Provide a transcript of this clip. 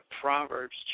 Proverbs